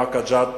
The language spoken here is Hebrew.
באקה ג'ת,